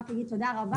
אני רק אגיד תודה רבה.